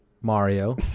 Mario